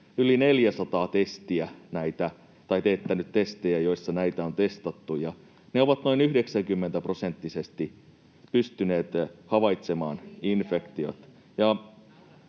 on teettänyt yli 400 testiä, joissa näitä on testattu, ja ne ovat noin 90-prosenttisesti pystyneet havaitsemaan infektion.